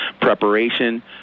preparation